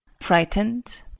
Frightened